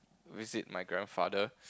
visit my grandfather